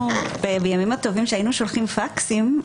בימים הטובים שהיינו שולחים פקסים,